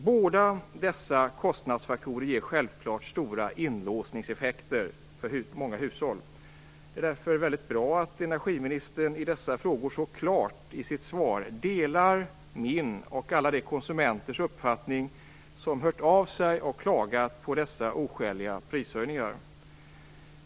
Båda dessa kostnadsfaktorer ger självfallet stora inlåsningseffekter för många hushåll. Det är därför väldigt bra att energiministern så klart i sitt svar delar min uppfattning. Det gör också alla de konsumenters som har hört av sig och klagat på dessa oskäliga prishöjningar.